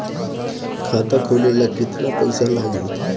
खाता खोले ला केतना पइसा लागी?